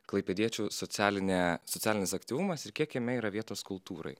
klaipėdiečių socialinė socialinis aktyvumas ir kiek jame yra vietos kultūrai